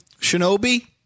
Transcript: Shinobi